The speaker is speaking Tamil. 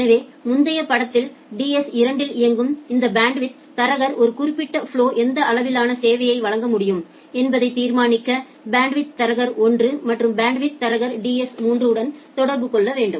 எனவே முந்தைய படத்தில் டிஎஸ் 2 இல் இயங்கும் இந்த பேண்ட்வித் தரகர் ஒரு குறிப்பிட்ட ஃபலொ எந்த அளவிலான சேவையை வழங்க முடியும் என்பதை தீர்மானிக்க பேண்ட்வித் தரகர் டிஎஸ் 1 மற்றும் பேண்ட்வித் தரகர் டிஎஸ் 3 உடன் தொடர்பு கொள்ள வேண்டும்